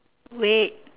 wait